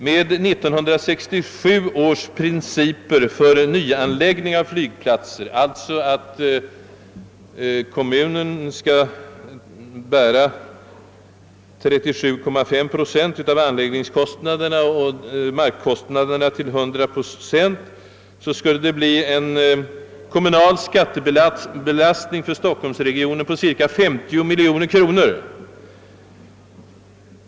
Med 1967 års principer för nyanläggning av flygplatser — kommunen skall enligt dessa bära 37,5 procent av anläggningskostnaderna och markkostnaderna till 100 procent — skulle det bli en kommunal kostnadsbelastning för stockholmsregionen på cirka 50 miljoner kronor.